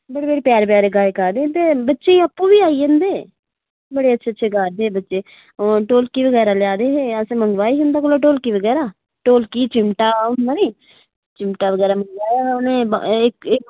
बड़े बड़े प्यारे गायक आये दे न बच्चे आपूं बी आई जंदे न बड़े अच्छे अच्छे गा दे बच्चे ओह् ढोलकी बगैरा लेआए दे हे अस मंग्गा दे हे उंदे कोला ढोलकी बगैरा चिमटा ओह् होंदा नी चिमटा बगैरा मिली जाह्गओह् इक्क इक्क